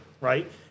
right